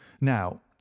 now